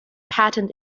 patent